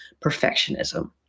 perfectionism